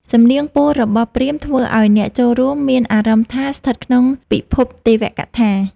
សំនៀងពោលរបស់ព្រាហ្មណ៍ ធ្វើឱ្យអ្នកចូលរួមមានអារម្មណ៍ថាស្ថិតក្នុងពិភពទេវកថា។